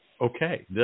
okay